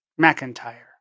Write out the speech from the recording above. McIntyre